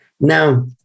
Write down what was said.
Now